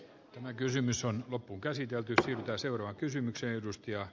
tämä kysymys on loppuunkäsitelty ja seuraa kysymykseen tuskia